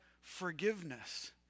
forgiveness